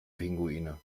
pinguine